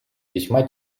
весьма